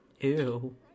Ew